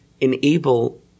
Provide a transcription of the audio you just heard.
enable